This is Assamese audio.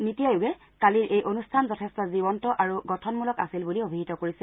নিটি আয়োগে কালিৰ এই অনূষ্ঠান যথেষ্ট জীৱন্ত আৰু গঠনমূলক আছিল বুলি অভিহিত কৰিছে